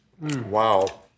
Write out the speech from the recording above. Wow